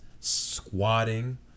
squatting